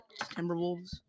Timberwolves